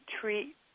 treat